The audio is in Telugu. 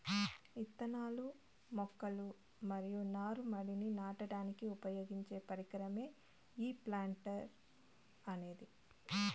ఇత్తనాలు, మొక్కలు మరియు నారు మడిని నాటడానికి ఉపయోగించే పరికరమే ఈ ప్లాంటర్ అనేది